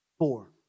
Four